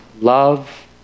love